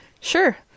Sure